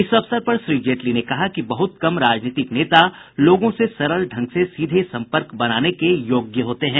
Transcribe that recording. इस अवसर पर श्री जेटली ने कहा कि बहुत कम राजनीतिक नेता लोगों से सरल ढंग से सीधे संपर्क बनाने के योग्य होते हैं